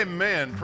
Amen